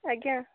ଆଜ୍ଞା